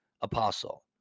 apostle